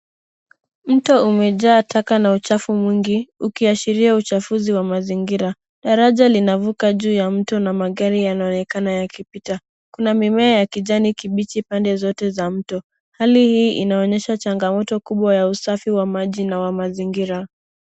Mto umejaa taka na uchafu mwingi ukiashiria uchafuzi wa mazingira. Daraja linavuka juu ya mto na magari yanaonekana yakipita. Kuna mimea ya kijani kibichi pande zote za mto. Hali hii inaonyesha changamoto kubwa wa usafi wa maji na wa mazingira.